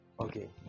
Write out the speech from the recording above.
Okay